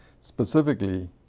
specifically